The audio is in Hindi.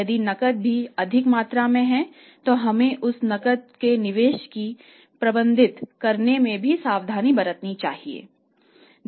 यदि नकद की अधिक मात्रा है तो हमें उस नकद के निवेश को प्रबंधित करने में भी सावधानी वर्तनी चाहिए